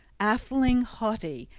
atheling haughty,